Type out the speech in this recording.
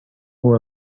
who